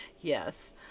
yes